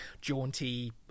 jaunty